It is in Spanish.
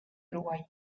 uruguay